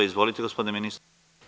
Izvolite gospodine ministre.